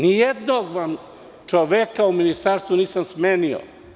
Nijednog vam čoveka u ministarstvu nisam smenio.